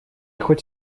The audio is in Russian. хоть